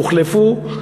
הוחלפו.